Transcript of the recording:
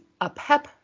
Apep